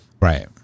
Right